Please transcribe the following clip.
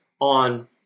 on